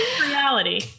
reality